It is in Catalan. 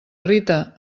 rita